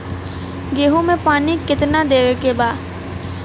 गेहूँ मे पानी कितनादेवे के बा?